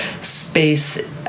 space